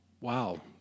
wow